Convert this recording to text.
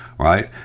Right